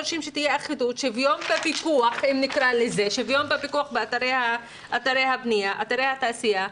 דורשים שתהיה אחידות ושוויון בפיקוח באתרי הבנייה והתעשייה.